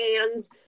hands